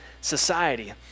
society